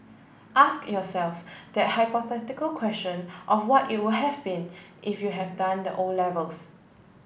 ask yourself that hypothetical question of what it would have been if you had done the O levels